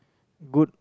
good